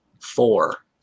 four